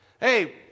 Hey